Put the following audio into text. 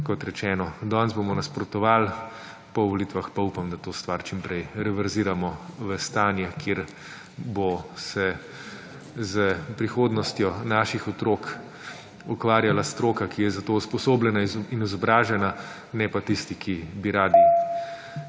kot rečeno, danes bomo nasprotovali, po volitvah pa upam, da to stvar čim prej reverziramo v stanje, kjer bo se s prihodnostjo naših otrok ukvarjala stroka, ki je za to usposobljena in izobražena, ne pa tisti, ki bi radi…